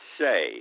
say